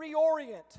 reorient